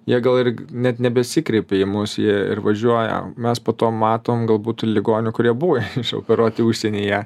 jie gal ir net nebesikreipia į mus jie ir važiuoja mes po to matom galbūt ligonių kurie buvo išoperuoti užsienyje